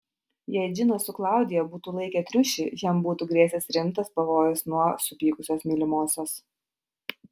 jei džinas su klaudija būtų laikę triušį jam būtų grėsęs rimtas pavojus nuo supykusios mylimosios